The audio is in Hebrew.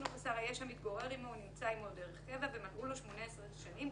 אני חושב שמבחינת השיחות וההכנות שנעשו,